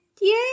Yay